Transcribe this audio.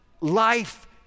life